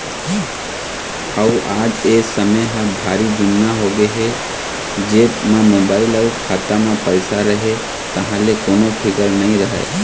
अउ आज ए समे ह भारी जुन्ना होगे हे जेब म मोबाईल अउ खाता म पइसा रहें तहाँ ले कोनो फिकर नइ रहय